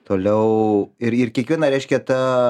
toliau ir ir kiekviena reiškia ta